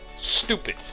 stupid